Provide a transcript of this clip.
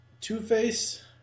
Two-Face